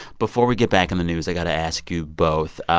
before we get back in the news, i got to ask you both.